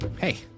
Hey